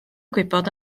gwybod